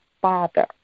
father